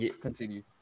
continue